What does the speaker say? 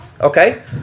Okay